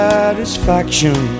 Satisfaction